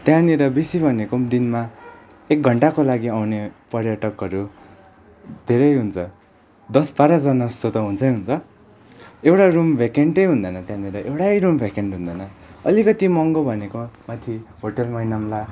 त्यहाँनिर बेसी भनेको पनि दिनमा एक घन्टाको लागि आउने पर्यटकहरू धेरै हुन्छ दस बाह्रजना जस्तो त हुन्छै हुन्छ एउटा रुम भेकेन्टै हुँदैन त्यहाँनिर एउटै रुम भेकेन्ट हुँदैन अलिकति महँगो भनेको माथि होटल मैनमला